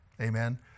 Amen